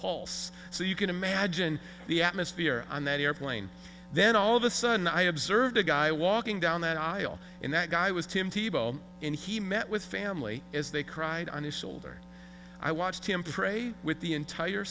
pulse so you can imagine the atmosphere on that airplane then all of a sudden i observed a guy walking down that aisle and that guy was tim thibeault and he met with family as they cried on his shoulder i watched him pray with the entire